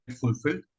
fulfilled